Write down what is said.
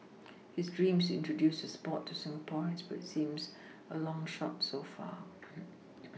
his dream is to introduce the sport to Singaporeans but it seems a long shot so far